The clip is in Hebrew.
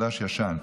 חדש-ישן.